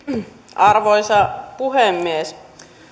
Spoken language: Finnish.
arvoisa puhemies